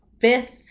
fifth